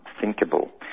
thinkable